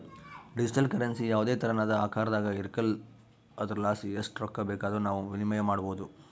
digital currency ಯಾವುದೇ ತೆರನಾದ ಆಕಾರದಾಗ ಇರಕಲ್ಲ ಆದುರಲಾಸಿ ಎಸ್ಟ್ ರೊಕ್ಕ ಬೇಕಾದರೂ ನಾವು ವಿನಿಮಯ ಮಾಡಬೋದು